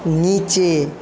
নীচে